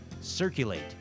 circulate